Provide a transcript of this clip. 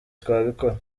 twabikora